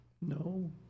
No